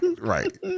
Right